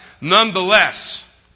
nonetheless